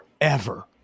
forever